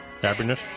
Happiness